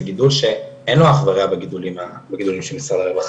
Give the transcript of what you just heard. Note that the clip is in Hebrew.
זה גידול שאין לו אח ורע בגידולים של משרד הרווחה.